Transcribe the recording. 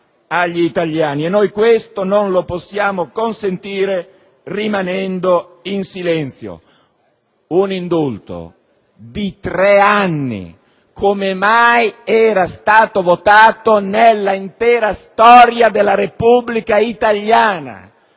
e noi questo non lo possiamo consentire rimanendo in silenzio. Un indulto di tre anni, come mai era stato votato nell'intera storia della Repubblica italiana.